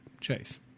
chase